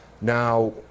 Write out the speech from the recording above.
Now